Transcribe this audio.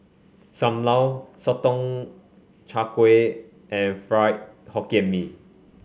Sam Lau Sotong Char Kway and Fried Hokkien Mee